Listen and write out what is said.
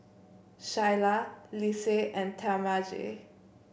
Shyla Lise and Talmage